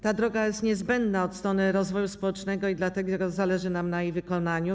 Ta droga jest niezbędna od strony rozwoju społecznego i dlatego zależy nam na jej wykonaniu.